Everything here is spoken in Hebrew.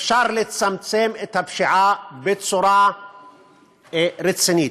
שאפשר לצמצם את הפשיעה בצורה רצינית.